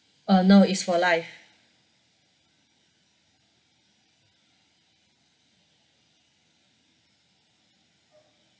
uh no it's for life